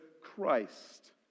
Christ